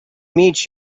meet